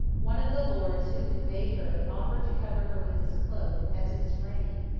one of the lords who conveyed her offered to cover her with his cloak, as it was raining,